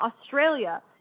Australia